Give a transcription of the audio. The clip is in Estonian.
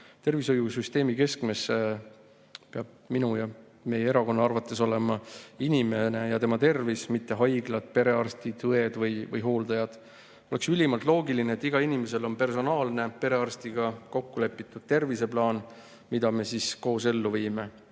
olema. Tervishoiusüsteemi keskmes peab minu ja meie erakonna arvates olema inimene ja tema tervis, mitte haiglad, perearstid, õed või hooldajad. Oleks ülimalt loogiline, et igal inimesel on personaalne perearstiga kokkulepitud terviseplaan, mida me siis koos ellu viime,